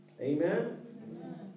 Amen